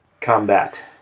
combat